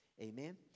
amen